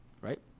right